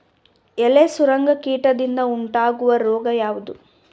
ಎಲೆ ಸುರಂಗ ಕೀಟದಿಂದ ಉಂಟಾಗುವ ರೋಗ ಯಾವುದು?